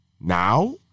Now